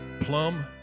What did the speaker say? Plum